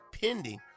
pending